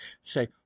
say